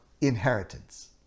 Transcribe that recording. inheritance